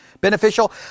beneficial